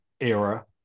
era